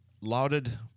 lauded